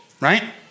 right